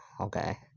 Okay